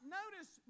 notice